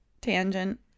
tangent